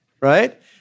right